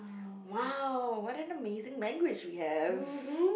!wow! what an amazing language we have